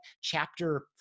chapter